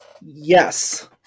Yes